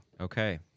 Okay